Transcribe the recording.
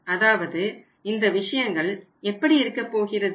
அதாவது இந்த விஷயங்கள் எப்படி இருக்கப்போகிறது